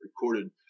recorded